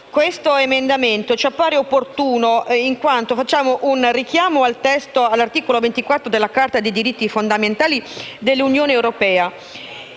Questo emendamento ci appare opportuno in quanto in esso facciamo un richiamo all'articolo 24 della Carta dei diritti fondamentali dell'Unione europea,